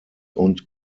und